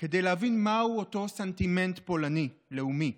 כדי להבין מהו אותו סנטימנט פולני לאומי.